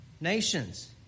Nations